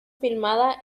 filmada